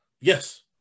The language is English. yes